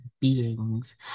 beings